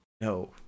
No